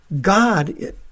God